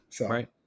Right